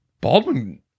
Baldwin